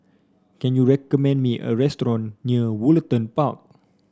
can you recommend me a restaurant near Woollerton Park